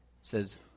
says